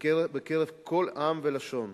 ובקרב כל עם ולשון.